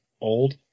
old